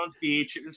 Beach